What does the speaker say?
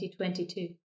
2022